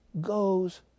goes